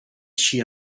she